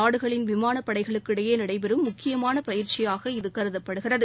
நாடுகளின் விமாப்படைகளுக்கு இடையேநடைபெறும் முக்கியமானபயிற்சியாக இரு இது கருதப்படுகிறது